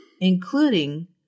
Including